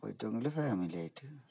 പറ്റുകയാണെങ്കില് ഫാമിലിയായിട്ട്